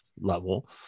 level